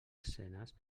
escenes